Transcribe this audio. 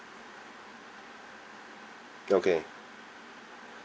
okay